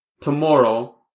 tomorrow